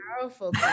powerful